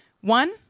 One